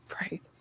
right